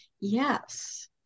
Yes